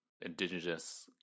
indigenous